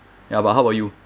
ya but how about you